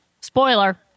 spoiler